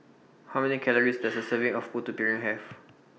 How Many Calories Does A Serving of Putu Piring Have